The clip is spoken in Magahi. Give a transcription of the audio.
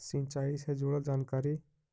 सिंचाई से जुड़ल जानकारी?